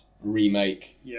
remake